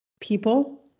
people